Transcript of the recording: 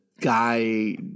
guy